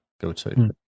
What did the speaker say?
go-to